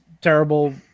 terrible